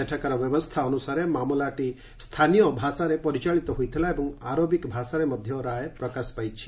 ସେଠାକାର ବ୍ୟବସ୍ଥା ଅନୁସାରେ ମାମଲାଟି ସ୍ଥାନୀୟ ଭାଷାରେ ପରିଚାଳିତ ହୋଇଥିଲା ଏବଂ ଆରବିକ୍ ଭାଷାରେ ମଧ୍ୟ ରାୟ ପ୍ରକାଶ ପାଇଛି